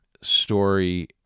story